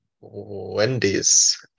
Wendy's